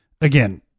again